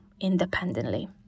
independently